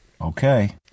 okay